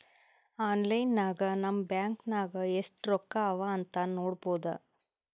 online ನಾಗ್ ನಮ್ bank ನಾಗ್ ಎಸ್ಟ್ ರೊಕ್ಕಾ ಅವಾ ಅಂತ್ ನೋಡ್ಬೋದ